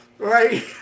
Right